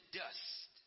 dust